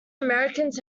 americans